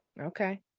okay